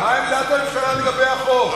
מה עמדת הממשלה לגבי החוק?